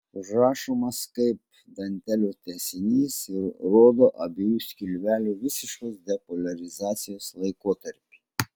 užrašomas kaip dantelio tęsinys ir rodo abiejų skilvelių visiškos depoliarizacijos laikotarpį